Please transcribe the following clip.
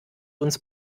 uns